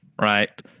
Right